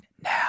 now